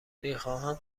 میخواهم